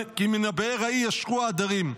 כי "מן הבאר ההיא ישקו העדרים",